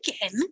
again